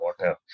water